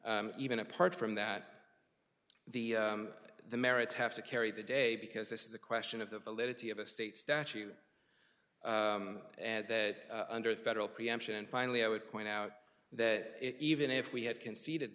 even apart from that the the merits have to carry the day because this is a question of the validity of a state statute and that under the federal preemption finally i would point out that even if we had conceded